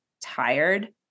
tired